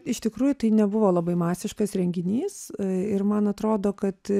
iš tikrųjų tai nebuvo labai masiškas renginys ir man atrodo kad